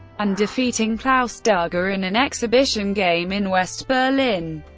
and defeating klaus darga in an exhibition game in west berlin.